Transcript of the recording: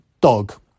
dog